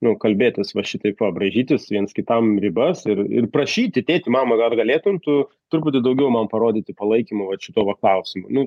nu kalbėtis va šitaip va braižytis viens kitam ribas ir ir prašyti tėti mama gal galėtum tu truputį daugiau man parodyti palaikymo vat šituo va klausimu nu